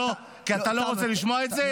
כי אתה לא רוצה לשמוע את זה?